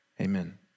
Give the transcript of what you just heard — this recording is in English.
Amen